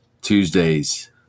Tuesdays